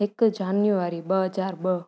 हिकु जान्युआरी ॿ हज़ार ॿ